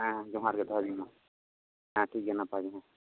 ᱦᱮᱸ ᱡᱚᱦᱟᱨ ᱜᱮ ᱫᱚᱦᱚᱭ ᱢᱮ ᱢᱟ ᱦᱮᱸ ᱴᱷᱤᱠ ᱜᱮᱭᱟ ᱱᱟᱯᱟᱭ ᱜᱮ ᱦᱮᱸ